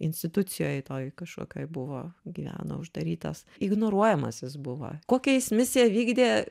institucijoj toj kažkokioj buvo gyveno uždarytas ignoruojamas jis buvo kokią jis misiją vykdė